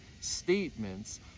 statements